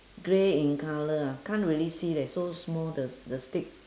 grey in colour ah can't really see leh so small the the stick